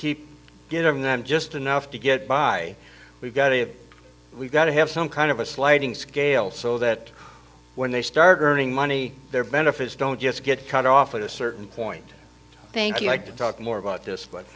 keep getting them just enough to get by we've got to we've got to have some kind of a sliding scale so that when they start earning money their benefits don't just get cut off at a certain point thank you like to talk more about this but